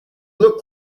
look